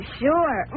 sure